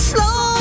Slow